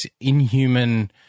inhuman